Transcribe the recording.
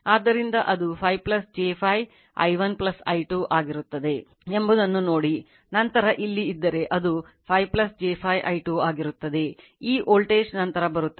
ಆದ್ದರಿಂದ ಅದು 5 j 5i 1 i 2 ಆಗಿರುತ್ತದೆ ಎಂಬುದನ್ನು ನೋಡಿ ನಂತರ ಇಲ್ಲಿ ಇದ್ದರೆ ಅದು 5 j 5 i 2 ಆಗಿರುತ್ತದೆ ಈ ವೋಲ್ಟೇಜ್ ನಂತರ ಬರುತ್ತದೆ